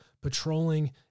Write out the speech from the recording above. patrolling